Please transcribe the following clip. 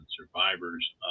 survivors